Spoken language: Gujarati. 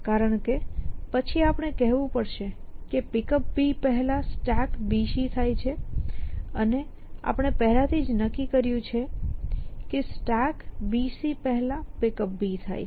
કારણ કે પછી આપણે કહેવું પડશે કે Pickup પહેલા StackBC થાય છે અને આપણે પહેલાથી જ નક્કી કર્યું છે કે StackBC પહેલાં Pickup થાય છે